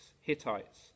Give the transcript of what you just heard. Hittites